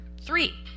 three